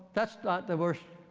that's not the worst